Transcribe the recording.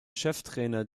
cheftrainer